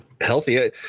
healthy